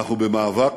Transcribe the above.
אנחנו במאבק.